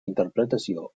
interpretació